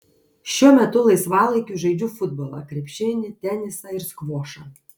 šiuo metu laisvalaikiu žaidžiu futbolą krepšinį tenisą ir skvošą